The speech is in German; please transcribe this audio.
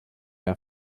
mehr